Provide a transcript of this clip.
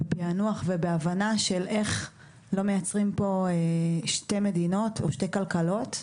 בפיענוח ובהבנה של איך לא מייצרים פה שתי מדינות או שתי כלכלות,